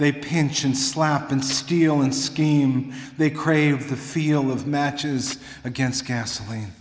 they pinch and slap and steal and scheme they crave the feel of matches against gasoline